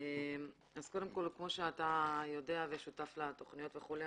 כמו שאתה יודע ושותף לתוכניות וכולי,